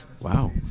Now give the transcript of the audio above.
Wow